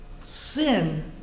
Sin